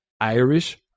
Irish